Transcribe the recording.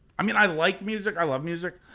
i mean, i like music, i love music.